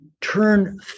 turn